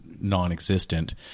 non-existent